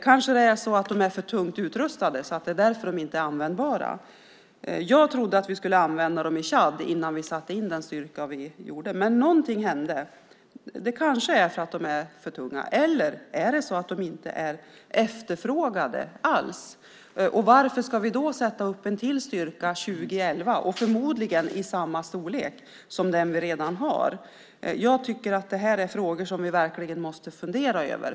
Kanske det är så att de är för tungt utrustade och därför inte användbara? Jag trodde att vi skulle använda dem i Tchad innan vi satte in den styrka vi satte in. Men någonting hände. Det kanske är att de är för tunga. Eller är det så att de inte är efterfrågade alls? Och varför ska vi då sätta upp en till styrka 2011, förmodligen av samma storlek som den vi redan har? Jag tycker att det här är frågor vi måste fundera över.